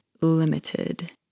limited